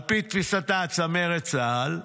על פי תפיסתה, צמרת צה"ל,